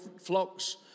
flocks